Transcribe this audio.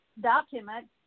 document